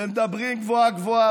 ומדברים גבוהה-גבוהה,